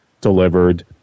delivered